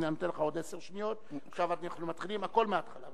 הנה אני נותן לך עוד עשר שניות ועכשיו אנחנו מתחילים הכול מההתחלה.